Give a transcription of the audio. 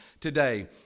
today